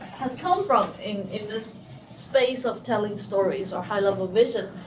has come from in in this space of telling stories or high level vision.